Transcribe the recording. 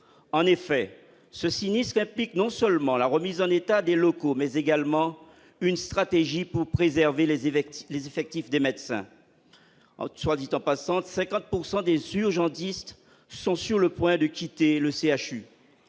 en effet, ce sinistre implique non seulement la remise en état des locaux mais également une stratégie pour préserver les effectifs, les effectifs des médecins soit dit en passant de 50 pourcent des urgentistes sont sur le point de quitter le CHU,